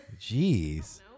Jeez